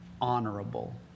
honorable